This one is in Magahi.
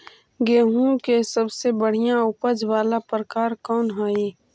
गेंहूम के सबसे बढ़िया उपज वाला प्रकार कौन हई?